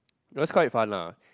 it was quite fun lah